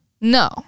No